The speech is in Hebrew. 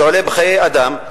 זה עולה בחיי אדם.